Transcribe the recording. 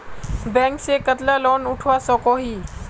Bank से कतला loan उठवा सकोही?